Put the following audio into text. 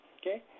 okay